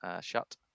shut